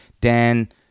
Dan